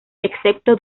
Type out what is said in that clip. excepto